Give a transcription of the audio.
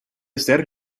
ser